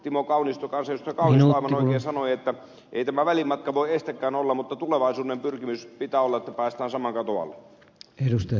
timo kaunisto aivan oikein sanoi että ei tämä välimatka voi estekään olla mutta tulevaisuuden pyrkimyksen pitää olla että päästään saman katon alle